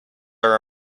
are